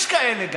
יש כאלה,